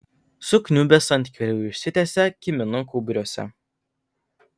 sukniubęs ant kelių išsitiesė kiminų gūbriuose